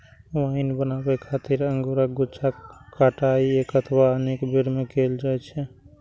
wine बनाबै खातिर अंगूरक गुच्छाक कटाइ एक अथवा अनेक बेर मे कैल जाइ छै